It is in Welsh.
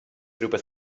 rywbeth